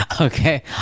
okay